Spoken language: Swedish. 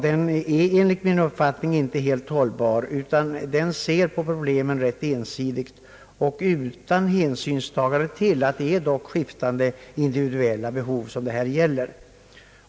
Den är dock enligt min uppfattning inte helt hållbar utan ser rätt ensidigt på problemen och tar inte hänsyn till att det är skiftande individuella problem som det här gäl Ier:.